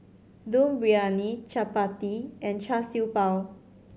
Dum Briyani chappati and Char Siew Bao